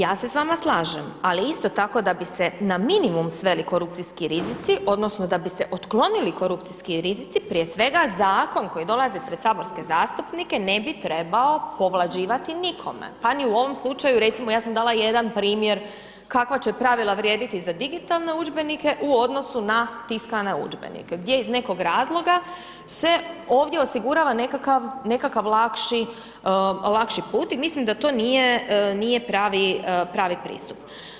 Ja se s vama slažem, ali isto tako da bi se na minimum sveli korupcijski rizici odnosno da bi se otklonili korupcijski rizici, prije svega Zakon koji dolazi pred saborske zastupnike, ne bi trebao povlađivati nikome, pa ni u ovom slučaju, recimo ja sam dala jedan primjer, kakva će pravila vrijediti za digitalne udžbenike u odnosu na tiskane udžbenike, gdje iz nekog razloga se ovdje osigurava nekakav lakši put i mislim da to nije pravi pristup.